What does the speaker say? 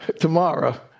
tomorrow